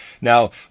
Now